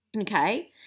Okay